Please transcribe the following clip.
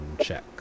check